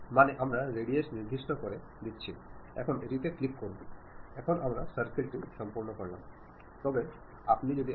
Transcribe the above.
നിങ്ങളുടെ ആശയവിനിമയ മാധ്യമം തീരുമാനിക്കുകയും നിങ്ങൾ സന്ദേശം രൂപപ്പെടുത്തുകയും നിങ്ങളുടെ റിസീവറിന്റെ പശ്ചാത്തലം ഉറപ്പാക്കിയിട്ടുണ്ടാവണം